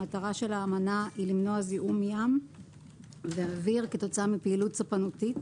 המטרה של האמנה היא למנוע זיהום ים ואוויר כתוצאה מפעילות ספנותית